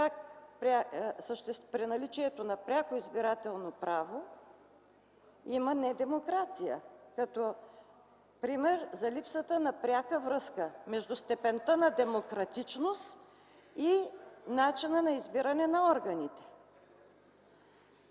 как при наличието на пряко избирателно право има не демокрация, като пример за липсата на пряка връзка между степента на демократичност и начина на избиране на органите.